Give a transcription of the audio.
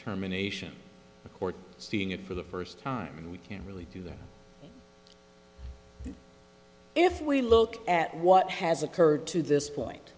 determination or seeing it for the first time we can really do that if we look at what has occurred to this point